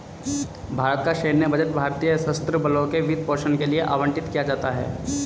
भारत का सैन्य बजट भारतीय सशस्त्र बलों के वित्त पोषण के लिए आवंटित किया जाता है